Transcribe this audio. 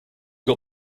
got